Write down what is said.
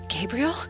Gabriel